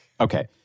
Okay